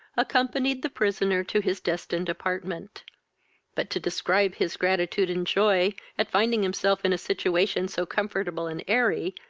accompanied the prisoner to his destined apartment but to describe his gratitude and joy, at finding himself in a situation so comfortable and airy,